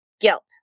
guilt